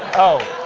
oh.